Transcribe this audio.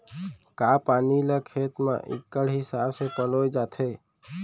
का पानी ला खेत म इक्कड़ हिसाब से पलोय जाथे?